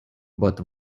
but